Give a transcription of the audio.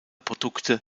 produkte